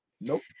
Nope